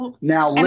Now